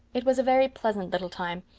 it was a very pleasant little time,